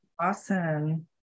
Awesome